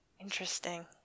Interesting